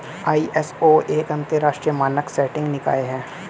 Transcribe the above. ISO एक अंतरराष्ट्रीय मानक सेटिंग निकाय है